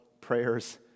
prayers